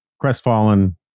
crestfallen